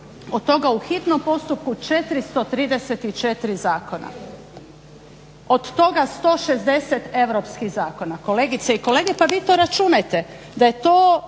od toga u hitnom postupku 434 zakona, od toga 160 europskih zakona. Kolegice i kolege, pa vi to računajte,